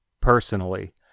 personally